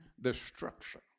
destruction